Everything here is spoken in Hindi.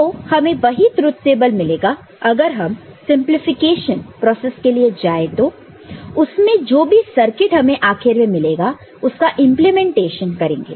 तो हमें वही ट्रुथ टेबल मिलेगा अगर हम सिंपलीफिकेशन प्रोसेस के लिए जाए तो और उसमें जो भी सर्किट हमें आखिर में मिलेगा उसका हम इंप्लीमेंटेशन करेंगे